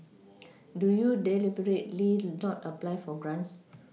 do you deliberately not apply for grants